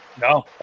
No